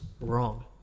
wrong